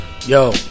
Yo